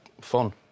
fun